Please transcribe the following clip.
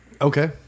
Okay